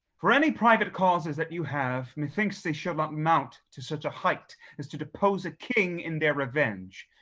for any private causes that you have, methinks they should not mount to such a height, as to depose a king in their revenge.